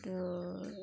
ᱛᱚᱻ